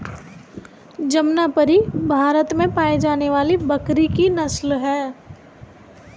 जमनापरी भारत में पाई जाने वाली बकरी की नस्ल है